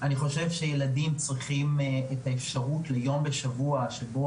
ילדים צריכים אפשרות של יום בשבוע שבו